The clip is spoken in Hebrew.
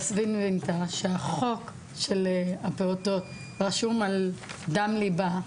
שחוק הפעוטות רשום על דם ליבה,